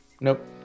Nope